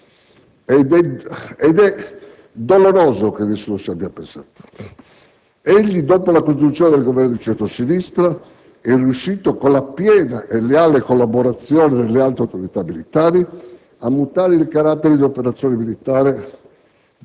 ed è doloroso che nessuno ci abbia pensato. Egli, dopo la costituzione del Governo di centro-sinistra, è riuscito, con la piena e leale collaborazione delle alte autorità militari, a mutare il carattere di operazione militare